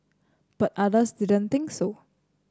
but others didn't think so